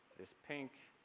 this pink.